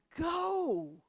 go